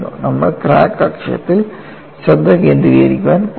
നമ്മൾ ക്രാക്ക് അക്ഷത്തിൽ ശ്രദ്ധ കേന്ദ്രീകരിക്കാൻ പോകുന്നു